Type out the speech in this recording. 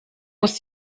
muss